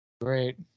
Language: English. Great